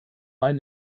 ein